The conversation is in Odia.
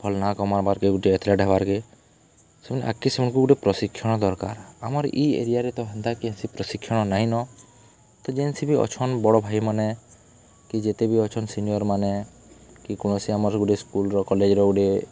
ଭଲ ନା କମାଇବାର ଗୋଟେ ଏଥେଲେଟ୍ ହେବାର କି ସେମାନେ ଆକେ ସେମାନଙ୍କୁ ଗୋଟେ ପ୍ରଶିକ୍ଷଣ ଦରକାର ଆମର ଏ ଏରିଆରେ ତ ସେମିତି କିଛି ପ୍ରଶିକ୍ଷଣ ନାଇଁ ନ ତ ଯେତିକି ବି ଅଛନ୍ତି ବଡ଼ ଭାଇମାନେ କି ଯେତେ ବି ଅଛନ୍ତି ସିନିୟରମାନେ କି କୌଣସି ଆମର ଗୋଟେ ସ୍କୁଲର କଲେଜର ଗୋଟେ